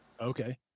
okay